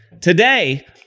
Today